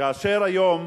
כאשר היום,